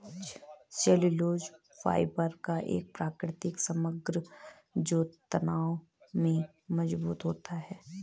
cellulose fibre का एक प्राकृतिक समग्र जो तनाव में मजबूत होता है